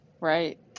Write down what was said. Right